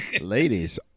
Ladies